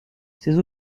ses